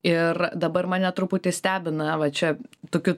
ir dabar mane truputį stebina va čia tokiu